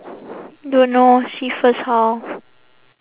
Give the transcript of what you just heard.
don't know see first how